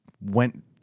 went